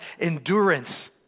endurance